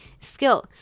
Skill